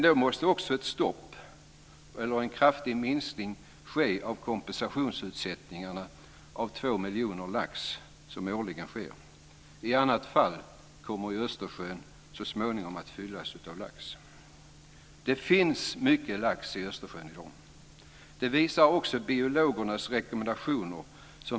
Då måste det också bli ett stopp eller en kraftig minskning av kompensationsutsättningarna av två miljoner laxar, som sker årligen. I annat fall kommer Östersjön så småningom att fyllas av lax. Det finns mycket lax i Östersjön i dag. Det visar också biologernas rekommendationer.